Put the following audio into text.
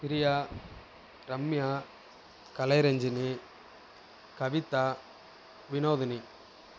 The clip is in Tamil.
பிரியா ரம்யா கலைரஞ்சனி கவிதா வினோதினி